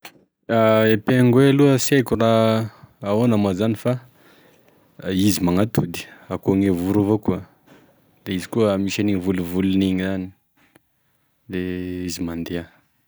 E pingouin aloha sy aiko raha ahoana ma zany fa izy magnatody akoa gne voro evakoa, da izy koa misy enigny volovolony igny any, de izy mandeha mandeha.